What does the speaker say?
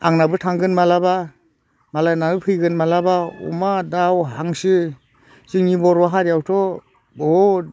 आंनाबो थांगोन माब्लाबा मालायनाबो फैगोन माब्लाबा अमा दाउ हांसो जोंनि बर' हारियावथ' बहुद